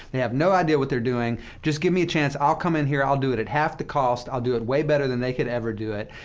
they have no idea what they're doing. just give me a chance. i'll come in here. i'll do it at half the cost. i'll do it way better than they could ever do it.